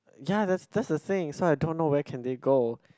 ya that's that's the thing so I don't know where can they go